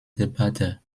debatte